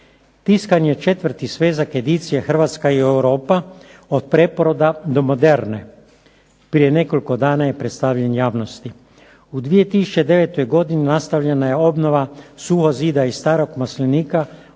Tiskan je četvrti svezak edicije "Hrvatska i Europa od preporoda do moderne". Prije nekoliko dana je predstavljen javnosti. U 2009. godine nastavljena je obnova suhog zida i starog maslinika u srednjoj